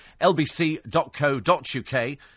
lbc.co.uk